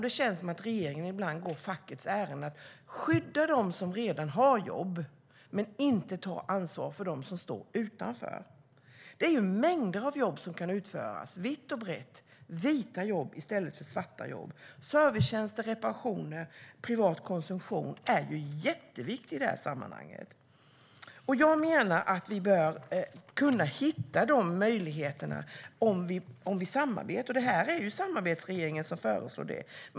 Det känns som att regeringen ibland går fackets ärenden genom att skydda dem som redan har jobb men inte ta ansvar för dem som står utanför. Mängder av jobb kan utföras vitt och brett. Det handlar om vita jobb i stället för svarta jobb. Servicetjänster, reparationer och privat konsumtion är mycket viktigt i sammanhanget. Jag menar att vi bör hitta de möjligheterna om vi samarbetar. Det är samarbetsregeringen som föreslår det.